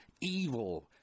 evil